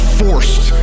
forced